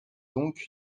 donc